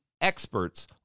experts